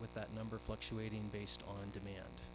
with that number fluctuating based on demand